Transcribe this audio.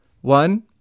One